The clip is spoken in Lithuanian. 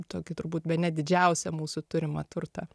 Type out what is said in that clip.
tokį turbūt bene didžiausią mūsų turimą turtą